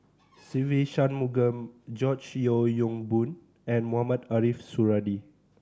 Se Ve Shanmugam George Yeo Yong Boon and Mohamed Ariff Suradi